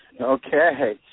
Okay